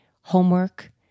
homework